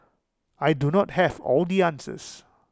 I do not have all the answers